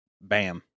Bam